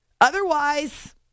Otherwise